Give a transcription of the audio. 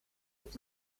mit